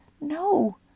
No